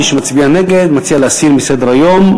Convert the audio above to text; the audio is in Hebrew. מי שמצביע נגד מציע להסיר מסדר-היום.